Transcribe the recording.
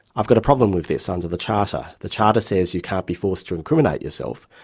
i've got a problem with this under the charter. the charter says you can't be forced to incriminate yourself,